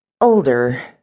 older